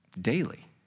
daily